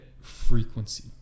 frequency